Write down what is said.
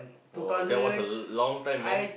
!woah! that's was a long time man